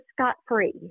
scot-free